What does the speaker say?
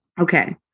okay